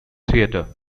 theatre